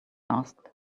asked